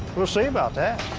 we'll see about that.